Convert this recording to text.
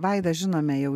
vaidą žinome jau